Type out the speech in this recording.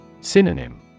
Synonym